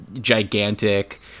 gigantic